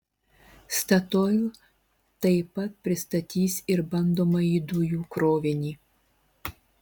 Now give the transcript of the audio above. statoil taip pat pristatys ir bandomąjį dujų krovinį